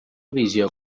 visió